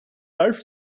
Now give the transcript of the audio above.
حرف